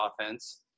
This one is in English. offense